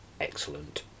excellent